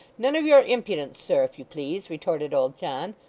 none of your impudence, sir, if you please retorted old john.